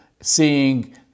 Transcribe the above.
seeing